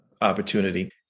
opportunity